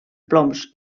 ploms